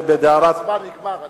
הזמן נגמר.